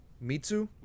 Mitsu